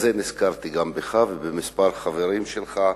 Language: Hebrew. בגלל זה נזכרתי גם בך ובכמה חברים שלך,